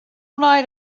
night